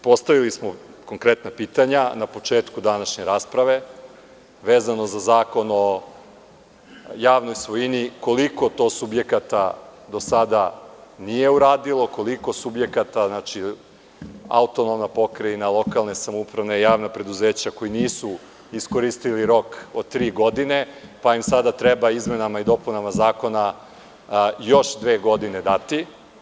Postavili smo konkretna pitanja na početku današnje rasprave, a vezano za Zakon o javnoj svojini – koliko to subjekata do sada nije uradilo, koliko subjekata, AP, lokalne samouprave, javna preduzeća nisu iskoristili rok od tri godine, pa im sada treba izmenama i dopunama zakona još dve godine.